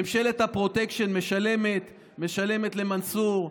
ממשלת הפרוטקשן משלמת למנסור,